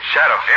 Shadow